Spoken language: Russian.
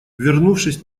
вернувшись